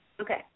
Okay